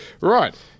Right